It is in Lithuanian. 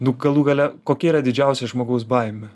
nu galų gale kokia yra didžiausia žmogaus baimė